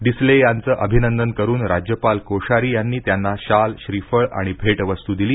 डिसले यांचं अभिनंदन करुन राज्यपाल कोश्यारी यांनी त्यांना शाल श्रीफळ आणि भेटवस्तू दिली